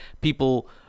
people